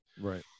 right